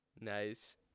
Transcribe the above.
Nice